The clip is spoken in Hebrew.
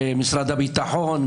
למשרד הביטחון,